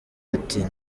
ati